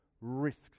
risks